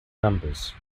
numbers